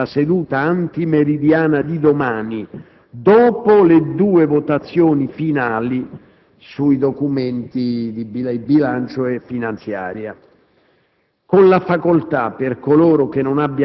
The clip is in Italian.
Le votazioni avranno invece luogo nella seduta antimeridiana di domani, dopo le due votazioni finali su bilancio e finanziaria,